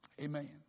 Amen